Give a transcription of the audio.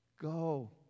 go